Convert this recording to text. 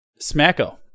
Smacko